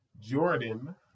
Jordan